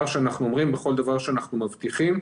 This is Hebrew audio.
שאנחנו אומרים ובכל דבר שאנחנו מבטיחים.